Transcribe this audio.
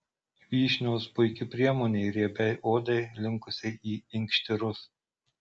vyšnios puiki priemonė riebiai odai linkusiai į inkštirus